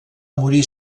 morir